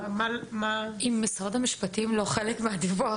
אם משרד המשפטים לא חלק מהדיווח,